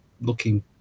looking